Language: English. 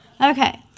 Okay